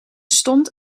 stond